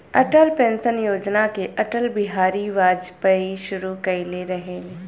Atal pension योजना के अटल बिहारी वाजपयी शुरू कईले रलें